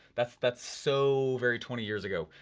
that's that's so very twenty years ago.